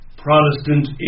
Protestant